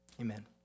amen